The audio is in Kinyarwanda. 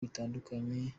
bitandukanye